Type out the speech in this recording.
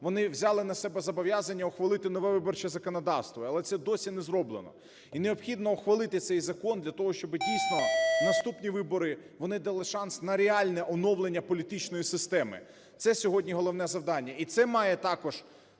вони взяли на себе зобов'язання ухвалити нове виборче законодавство. Але це досі не зроблено. І необхідно ухвалити цей закон для того, щоби дійсно наступні вибори, вони дали шанс на реальне оновлення політичної системи – це сьогодні головне завдання.